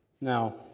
Now